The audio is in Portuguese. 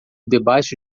debaixo